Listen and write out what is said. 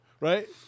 Right